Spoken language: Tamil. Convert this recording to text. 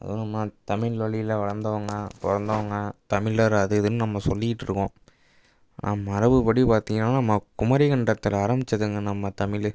அதுவும் நம்ம தமிழ் வழியில வளர்ந்தவங்க பிறந்தவங்க தமிழர் அது இதுன்னு நம்ம சொல்லிட்ருக்கோம் ஆனால் மரபுபடி பார்த்தீங்கன்னா நம்ம குமரிக்கண்டத்தில் ஆரம்பிச்சதுங்க நம்ம தமிழ்